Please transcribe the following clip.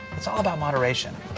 it's all about moderation.